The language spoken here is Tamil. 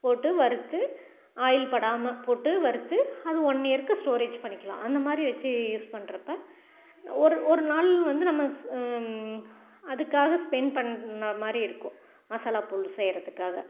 போட்டு வறுத்து ஆயில் படாமல் போட்டு வறுத்து அது ஒன் இயருக்கு ஸ்டோரேஜ் பண்ணிக்கலாம் அந்த மாதிரி வச்சு யூஸ் பண்ணுறப்ப ஒரு ஒரு நாள் வந்து நம்ம அதுக்காக ஸ்பெண்ட் பண்ணின மாதிரி இருக்கும் மசாலாத்தூள் செய்யறதுக்காக